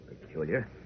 peculiar